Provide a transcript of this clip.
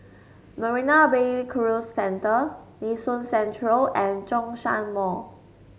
Marina Bay Cruise Centre Nee Soon Central and Zhongshan Mall